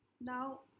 Now